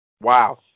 wow